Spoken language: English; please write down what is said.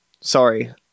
sorry